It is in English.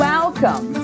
Welcome